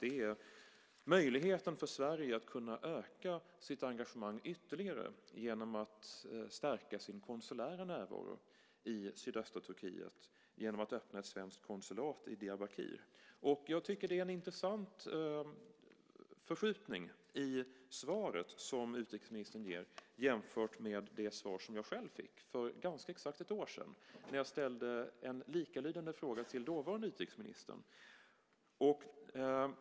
Det är möjligheten för Sverige att kunna öka sitt engagemang ytterligare genom att stärka sin konsulära närvaro i sydöstra Turkiet genom att öppna ett svenskt konsulat i Diyarbakir. Jag tycker att det är en intressant förskjutning i svaret som utrikesministern ger jämfört med det svar som jag själv fick för ganska exakt ett år sedan när jag ställde en likalydande fråga till dåvarande utrikesministern.